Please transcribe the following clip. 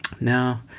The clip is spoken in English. Now